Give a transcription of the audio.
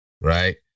right